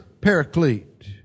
paraclete